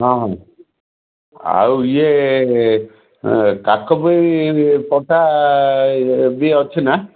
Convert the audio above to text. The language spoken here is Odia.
ହଁ ହଁ ଆଉ ଇଏ କାଠ ପାଇଁ ପଟା ବି ଅଛି ନା